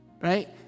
right